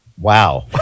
Wow